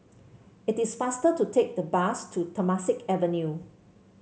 it is faster to take the bus to Temasek Avenue